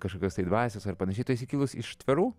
kažkokios tai dvasios ar panašiai tu esi kilus iš tverų